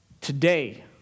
today